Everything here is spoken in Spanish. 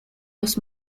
los